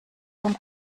vom